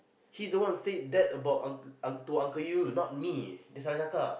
he's the one said that about uncle to uncle you not me dia salah cakap